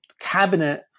cabinet